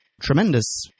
tremendous